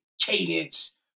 cadence